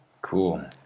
Cool